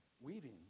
weaving